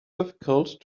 difficult